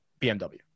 BMW